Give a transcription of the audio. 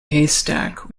haystack